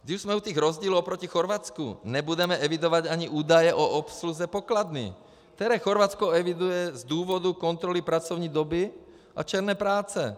Když už jsme u rozdílů oproti Chorvatsku, nebudeme evidovat ani údaje o obsluze pokladny, které Chorvatsko eviduje z důvodu kontroly pracovní doby a černé práce.